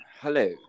Hello